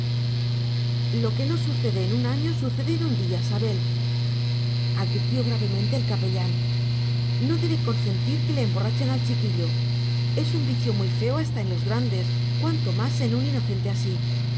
lo que no sucede en un año sucede en un día sabel advirtió gravemente el capellán no debe consentir que le emborrachen al chiquillo es un vicio muy feo hasta en los grandes cuanto más en un inocente así